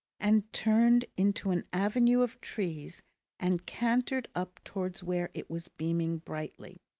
and turned into an avenue of trees and cantered up towards where it was beaming brightly.